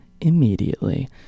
immediately